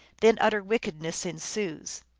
then utter wickedness ensues.